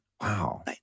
wow